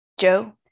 Joe